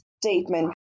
statement